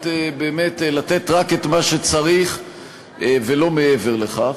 באמת לתת רק את מה שצריך ולא מעבר לכך.